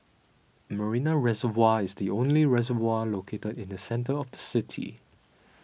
Marina Reservoir is the only reservoir located in the centre of the city